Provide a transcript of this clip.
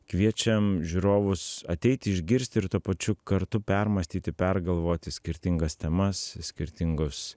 kviečiam žiūrovus ateiti išgirsti ir tuo pačiu kartu permąstyti pergalvoti skirtingas temas skirtingus